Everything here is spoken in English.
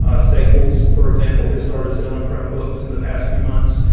ah staples, for example, has started selling chromebooks in the past few months.